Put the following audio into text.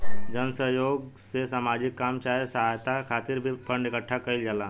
जन सह योग से सामाजिक काम चाहे सहायता खातिर भी फंड इकट्ठा कईल जाला